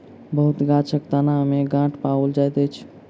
बहुत गाछक तना में गांठ पाओल जाइत अछि